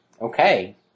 Okay